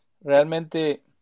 realmente